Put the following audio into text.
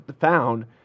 found